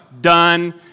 done